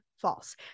False